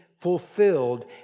fulfilled